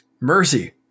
mercy